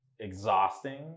exhausting